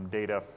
data